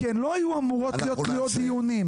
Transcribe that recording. כי הן לא היו אמורות להיות תלויות דיונים.